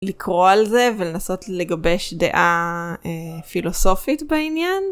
לקרוא על זה ולנסות לגבש דעה פילוסופית בעניין.